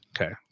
Okay